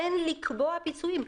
אין לקבוע פיצויים,